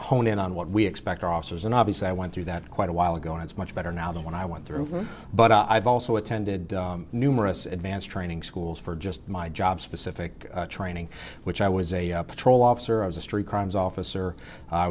hone in on what we expect our officers and obviously i went through that quite a while ago and it's much better now than when i went through but i've also attended numerous advanced training schools for just my job specific training which i was a patrol officer i was a street crimes officer i